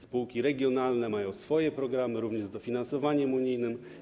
Spółki regionalne mają swoje programy, również z dofinansowaniem unijnym.